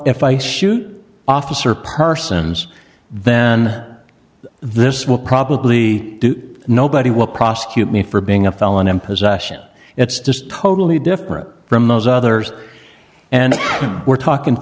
if i shoot officer persons then this will probably do nobody will prosecute me for being a felon in possession it's just totally different from those others and we're talking